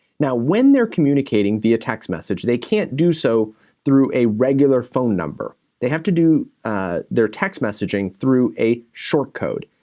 now, when they're communicating via text message, they can't do so through a regular phone number, they have to do their text messaging through a short code.